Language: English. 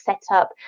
setup